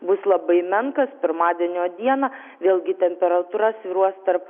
bus labai menkas pirmadienio dieną vėlgi temperatūra svyruos tarp